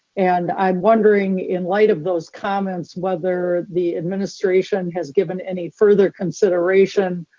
and i'm wondering, in light of those comments, whether the administration has given any further consideration,